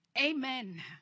Amen